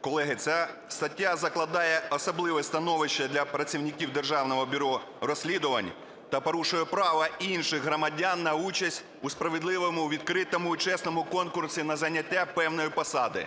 Колеги, ця стаття закладає особливе становище для працівників Державного бюро розслідувань та порушує права інших громадян на участь у справедливому, відкритому і чесному конкурсі на зайняття певної посади.